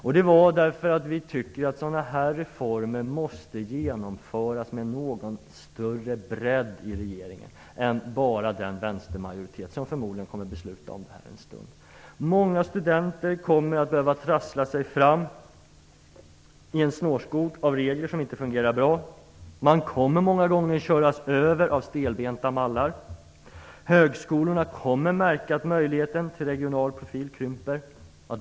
Skälet är att vi tycker att sådana här reformer måste genomföras med något större bredd i regeringen än den vänstermajoritet har som om en stund förmodligen kommer att säga ja till detta förslag. Många studenter kommer att behöva trassla sig fram i en snårskog av regler som inte fungerar bra. Många gånger kommer man att köras över av stelbenta mallar. Högskolorna kommer att märka att möjligheten till en regional profil krymper.